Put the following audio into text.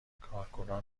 کارکنان